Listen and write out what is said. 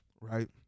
right